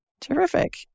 Terrific